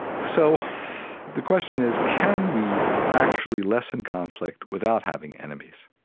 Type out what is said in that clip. so the question is, can we actually lessen conflict without having enemies?